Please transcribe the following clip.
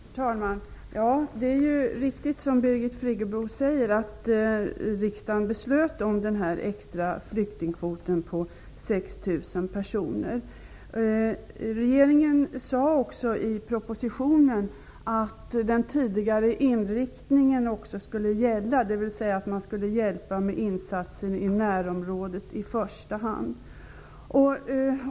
Fru talman! Det är riktigt, som Birgit Friggebo säger, att riksdagen beslöt om den extra flyktingkvoten på 6 000 personer. Regeringen sade också i propositionen att den tidigare inriktningen skulle gälla, dvs. att man skulle hjälpa med insatser i närområdet i första hand.